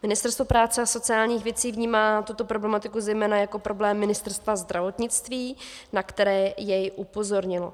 Ministerstvo práce a sociálních věcí vnímá tuto problematiku zejména jako problém Ministerstva zdravotnictví, na který jej upozornilo.